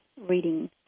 reading